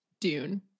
dune